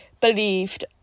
believed